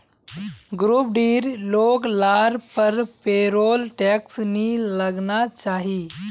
group डीर लोग लार पर पेरोल टैक्स नी लगना चाहि